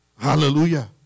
Hallelujah